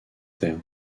terres